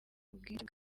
ubwinshi